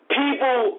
people